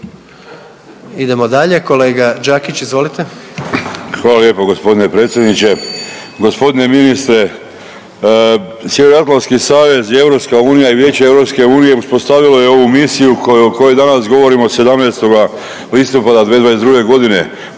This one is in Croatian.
Idemo dalje. Kolega Đakić, izvolite. **Đakić, Josip (HDZ)** Hvala lijepo g. predsjedniče. G. ministre. Sjeveroatlantski savez i EU i Vijeće EU uspostavilo je ovu misiju koju o kojoj danas govorimo od 17. listopada 2022. g.